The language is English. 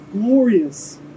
glorious